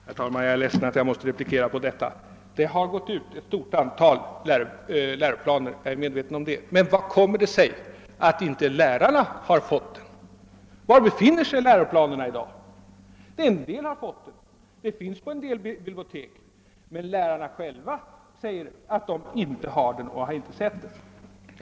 Herr talman! Jag är ledsen att jag måste återkomma med en replik. Jag är medveten om att läroplanen gått ut i ett stort antal exemplar, men hur kan det komma sig att lärarna inte fått den? Var finns läroplanerna i dag? De finns på en del bibliotek, men lärarna säger att de inte har några exemplar och att de inte heller har fått se några.